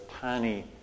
tiny